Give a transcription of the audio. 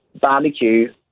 barbecue